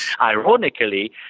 ironically